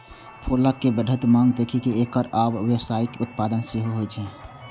फूलक बढ़ैत मांग देखि कें एकर आब व्यावसायिक उत्पादन सेहो होइ छै